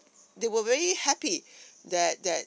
they were very happy that that